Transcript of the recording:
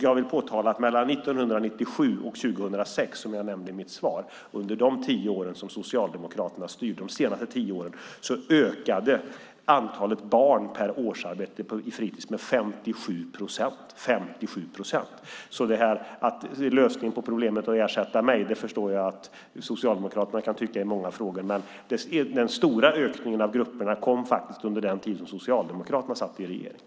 Jag vill påtala att mellan 1997 och 2006, som jag nämnde i mitt svar, under de senaste tio åren som Socialdemokraterna styrde ökade antalet barn per årsarbetare i fritis med 57 procent. Jag förstår att Socialdemokraterna kan tycka att lösningen på problemet är att ersätta mig, men den stora ökningen av grupperna kom under den tid då Socialdemokraterna satt i regeringen.